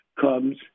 comes